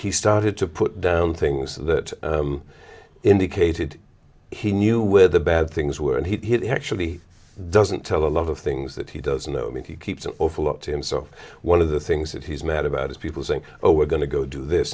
he started to put down things that indicated he knew where the bad things were and he actually doesn't tell a lot of things that he doesn't know i mean he keeps an awful lot to himself one of the things that he's mad about is people saying oh we're going to go do this